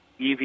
EV